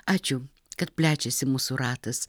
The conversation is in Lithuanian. ačiū kad plečiasi mūsų ratas